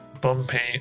bumpy